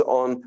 on